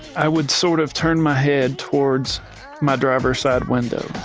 i would sort of turn my head towards my driver's side window.